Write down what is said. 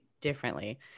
differently